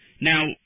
Now